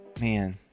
Man